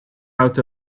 out